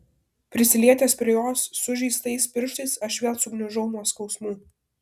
prisilietęs prie jos sužeistais pirštais aš vėl sugniužau nuo skausmų